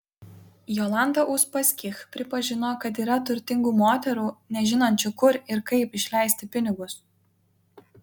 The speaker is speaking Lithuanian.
jolanta uspaskich pripažino kad yra turtingų moterų nežinančių kur ir kaip išleisti pinigus